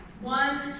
One